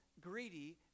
greedy